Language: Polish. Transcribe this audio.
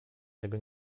tego